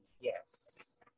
Yes